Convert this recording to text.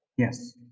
Yes